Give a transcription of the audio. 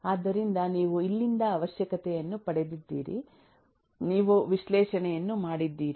ಆದ್ದರಿಂದ ನೀವು ಇಲ್ಲಿಂದ ಅವಶ್ಯಕತೆಯನ್ನು ಪಡೆದಿದ್ದೀರಿ ನೀವು ವಿಶ್ಲೇಷಣೆಯನ್ನು ಮಾಡಿದ್ದೀರಿ